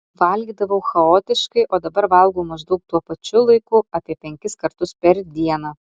valgydavau chaotiškai o dabar valgau maždaug tuo pačiu laiku apie penkis kartus per dieną